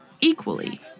equally